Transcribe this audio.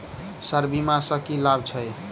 Sir बीमा सँ की लाभ छैय?